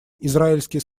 израильские